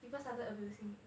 people started abusing it